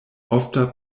ofta